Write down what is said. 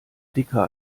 dicker